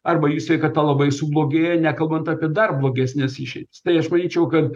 arba jų sveikata labai sublogėja nekalbant apie dar blogesnes išeitis tai aš manyčiau kad